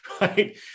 Right